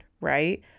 right